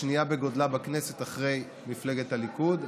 השנייה בגודלה בכנסת אחרי מפלגת הליכוד,